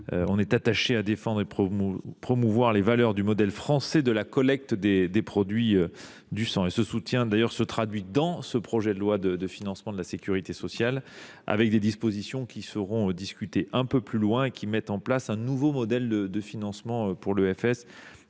s’attache à défendre et promouvoir les valeurs du modèle français de collecte des produits du sang. Ce soutien se traduit d’ailleurs dans le projet de loi de financement de la sécurité sociale, par des dispositions qui seront discutées plus tard et qui visent à mettre en place un nouveau modèle de financement pour l’EFS.